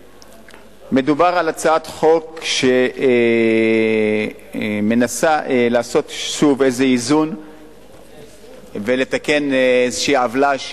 מדובר בהצעת חוק שמנסה לעשות שוב איזה איזון ולתקן איזו עוולה,